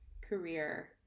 career